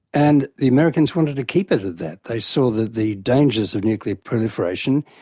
and the americans wanted to keep it at that. they saw the the dangers of nuclear proliferation,